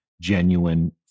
genuine